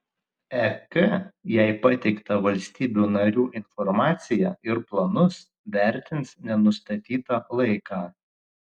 ek jai pateiktą valstybių narių informaciją ir planus vertins nenustatytą laiką